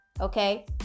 okay